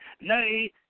nay